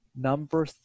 Number